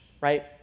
right